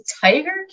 Tiger